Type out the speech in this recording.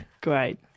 Great